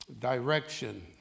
Direction